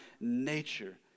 nature